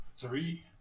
three